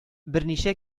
берничә